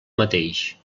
mateix